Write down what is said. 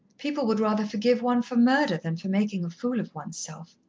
people would rather forgive one for murder, than for making a fool of oneself.